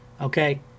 Okay